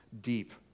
deep